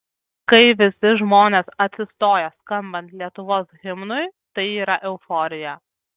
kai visi žmonės atsistoja skambant lietuvos himnui tai yra euforija